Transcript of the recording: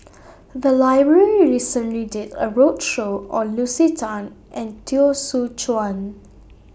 The Library recently did A roadshow on Lucy Tan and Teo Soon Chuan